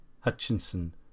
Hutchinson